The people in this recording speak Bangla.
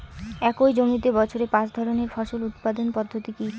একই জমিতে বছরে পাঁচ ধরনের ফসল উৎপাদন পদ্ধতি কী?